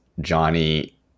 Johnny